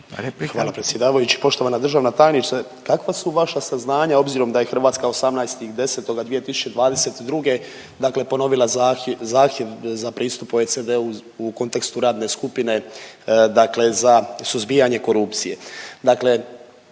Hvala predsjedavajući. Poštovana državna tajnice, kakva su vaša saznanja obzirom da je Hrvatska 18.10.2022. dakle ponovila zahtjev, zahtjev za pristup OECD-u u kontekstu radne skupine dakle za suzbijanje korupcije,